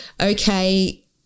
okay